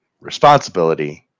Responsibility